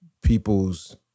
people's